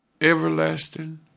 everlasting